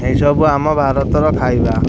ଏଇ ସବୁ ଆମ ଭାରତର ଖାଇବା